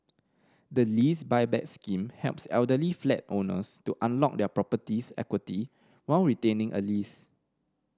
the Lease Buyback Scheme helps elderly flat owners to unlock their property's equity while retaining a lease